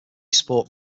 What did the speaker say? sport